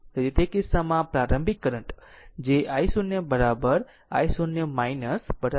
તેથી તે કિસ્સામાં આ પ્રારંભિક કરંટ જે i0 i0 i0 જે પણ તે 5 0